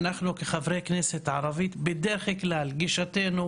אנחנו כחברי כנסת ערבים, בדרך כלל גישתנו